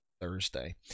Thursday